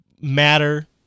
matter